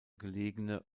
gelegene